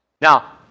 Now